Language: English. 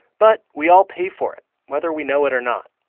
but we all pay for it, whether we know it or not.